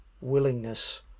willingness